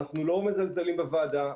אנחנו לא מזלזלים בוועדה,